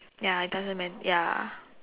ya it doesn't matter ya